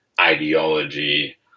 ideology